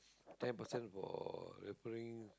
ten percent for referring